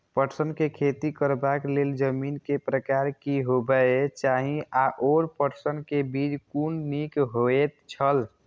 पटसन के खेती करबाक लेल जमीन के प्रकार की होबेय चाही आओर पटसन के बीज कुन निक होऐत छल?